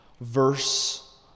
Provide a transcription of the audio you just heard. verse